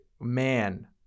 man